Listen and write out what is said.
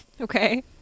Okay